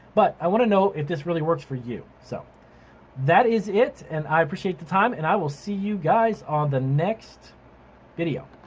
but i want to know if this really works for you. so that is it and i appreciate the time and i will see you guys on the next video.